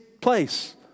place